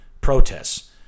protests